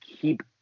keep